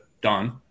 done